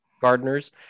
gardeners